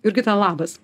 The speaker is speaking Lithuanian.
jurgita labas